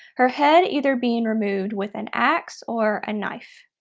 her head either being removed with an ax or a knife.